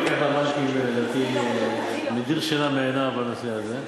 המפקח על הבנקים מדיר שינה מעיניו בנושא הזה,